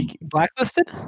blacklisted